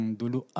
dulu